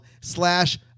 slash